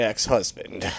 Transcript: ex-husband